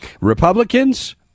Republicans